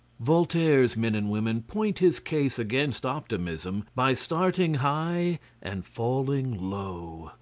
voltaire's men and women point his case against optimism by starting high and falling low.